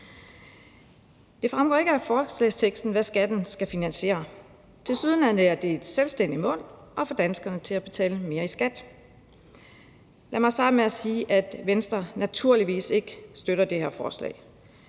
Det fremgår ikke af forslagsteksten, hvad skatten skal finansiere. Tilsyneladende er det et selvstændigt mål at få danskerne til at betale mere i skat. Lad mig starte med at sige, at Venstre naturligvis ikke støtter det her forslag.